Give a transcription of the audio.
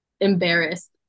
embarrassed